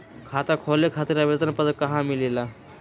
खाता खोले खातीर आवेदन पत्र कहा मिलेला?